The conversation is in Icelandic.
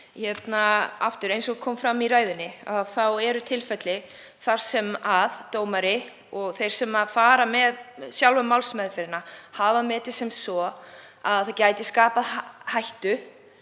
betur. Eins og kom fram í ræðunni eru tilfelli þar sem dómari og þeir sem fara með sjálfa málsmeðferðina hafa metið sem svo að það geti t.d. skapað hættu